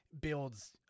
builds